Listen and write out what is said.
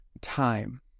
time